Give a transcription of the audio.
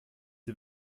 sie